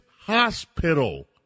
hospital